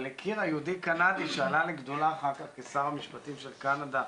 אבל היא הכירה יהודי קנדי שעלה לגדולה אחר כך כשר המשפטים של קנדה,